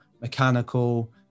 mechanical